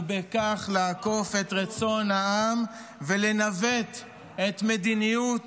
ובכך לעקוף את רצון העם ולנווט את מדיניות